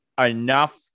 enough